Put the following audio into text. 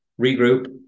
regroup